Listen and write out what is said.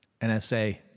NSA